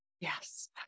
Yes